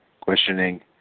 questioning